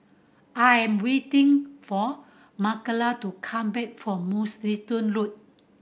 I am waiting for Marcela to come back from Mugliston Road